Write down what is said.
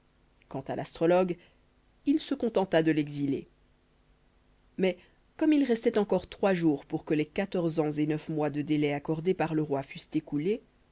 quant à l'astrologue il se contenta de l'exiler mais comme il restait encore trois jours pour que les quatorze ans et neuf mois de délai accordés par le roi fussent écoulés